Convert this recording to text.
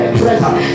treasure